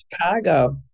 Chicago